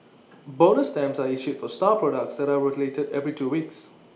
bonus stamps are issued for star products that are rotated every two weeks